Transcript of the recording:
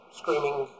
screaming